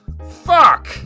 Fuck